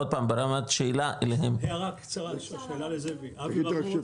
הערה קצרה, שאלה לזאביק,